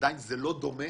זה עדיין לא דומה.